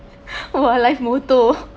!wah! life moto